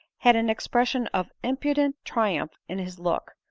had an expression of impudent triumph in his look,